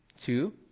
two